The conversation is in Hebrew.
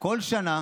כל שנה